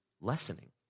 lessening